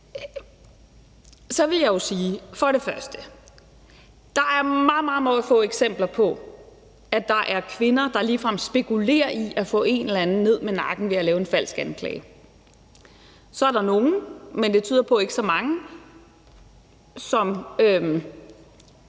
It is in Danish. så vil jeg sige: Først og fremmest er der meget, meget få eksempler på, at der er kvinder, der lige frem spekulerer i at få en eller anden ned med nakken ved at lave en falsk anklage. Så er der nogle, som måske fortryder det,